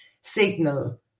signal